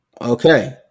Okay